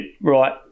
Right